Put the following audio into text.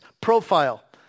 profile